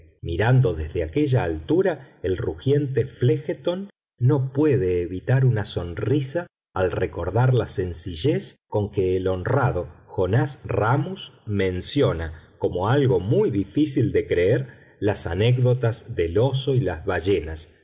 mirando desde aquella altura el rugiente phlégeton no pude evitar una sonrisa al recordar la sencillez con que el honrado jonás ramus menciona como algo muy difícil de creer las anécdotas del oso y las ballenas